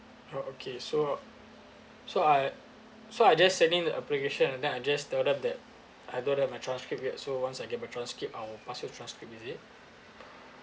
oh okay so uh so I so I just send in the application and then I just tell them that I don't have my transcript yet so once I get my transcript I will pass you transcript is it